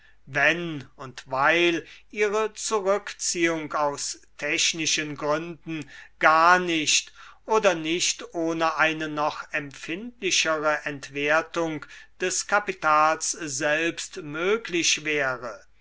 wenn und weil ihre zurückziehung aus technischen gründen gar nicht oder nicht ohne eine noch empfindlichere entwertung des kapitals selbst möglich wäre